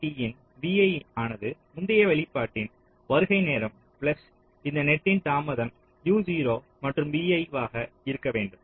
AAT இன் vi ஆனது முந்தைய வெளியீட்டின் வருகை நேரம் பிளஸ் இந்த நெட்டின் தாமதம் uo முதல் vi வரை இருக்க வேண்டும்